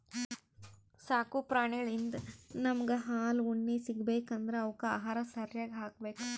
ಸಾಕು ಪ್ರಾಣಿಳಿಂದ್ ನಮ್ಗ್ ಹಾಲ್ ಉಣ್ಣಿ ಸಿಗ್ಬೇಕ್ ಅಂದ್ರ ಅವಕ್ಕ್ ಆಹಾರ ಸರ್ಯಾಗ್ ಹಾಕ್ಬೇಕ್